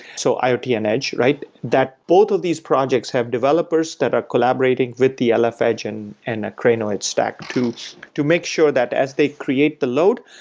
so iot and edge, right? that both of these projects have developers that are collaborating with the ah lf edge and and akraino at stack to to make sure that as they create the load,